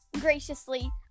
graciously